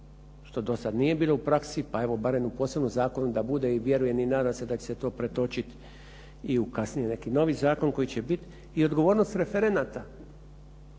što to sad nije bilo u praksi, pa evo barem u posebnom zakonu da bude i vjerujem i nadam se da će se to pretočiti i kasnije u neki novi zakon koji će bit i odgovornost referenata.